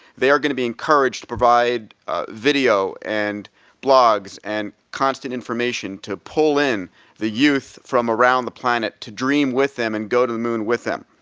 they are going to be encouraged to provide video, and blogs, and constant information to pull in the youth from around the planet to dream with them and go to the moon with them.